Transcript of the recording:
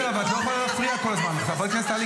לקרוא לחבר כנסת,